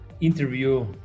interview